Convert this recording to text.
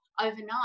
overnight